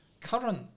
current